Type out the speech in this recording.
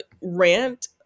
rant